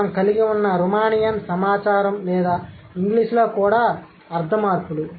మనం కలిగి ఉన్న రుమానియన్ సమాచారం లేదా ఇంగ్లీషులో కూడా అర్థ మార్పులు